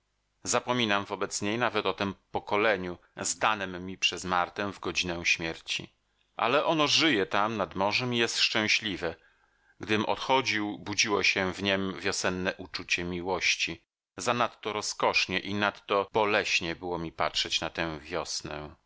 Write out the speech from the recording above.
zapominam wobec niej nawet o tem pokoleniu zdanem mi przez martę w godzinę śmierci ale ono żyje tam nad morzem i jest szczęśliwe gdym odchodził budziło się w niem wiosenne uczucie miłości zanadto rozkosznie i nadto boleśnie było mi patrzeć na tę wiosnę